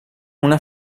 una